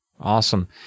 Awesome